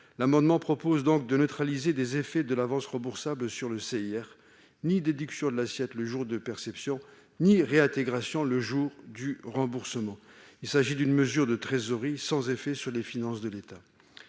l'amendement vise à neutraliser les effets de l'avance remboursable sur le crédit d'impôt recherche : ni déduction de l'assiette le jour de perception ni réintégration le jour du remboursement. Il s'agit d'une mesure de trésorerie sans effet sur les finances de l'État.